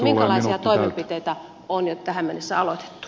minkälaisia toimenpiteitä on jo tähän mennessä aloitettu